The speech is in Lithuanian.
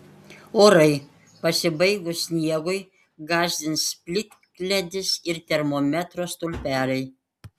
orai pasibaigus sniegui gąsdins plikledis ir termometro stulpeliai